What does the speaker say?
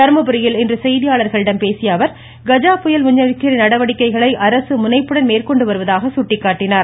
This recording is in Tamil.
தருமபுரியில் இன்று செய்தியாளர்களிடம் பேசிய அவர் கஜா புயல் முன்னெச்சரிக்கை நடவடிக்கைகளை அரசு முனைப்புடன் மேற்கொண்டு வருவதாக சுட்டிக்காட்டினார்